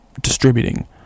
distributing